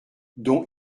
don